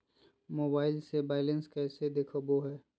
Mobile से बायलेंस कैसे देखाबो है?